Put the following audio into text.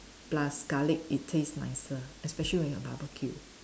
plus garlic it taste nicer especially when you barbecue